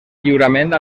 lliurament